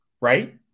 right